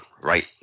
right